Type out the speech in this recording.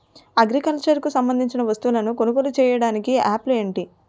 Agriculture కు సంబందించిన వస్తువులను కొనుగోలు చేయటానికి యాప్లు ఏంటి?